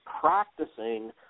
Practicing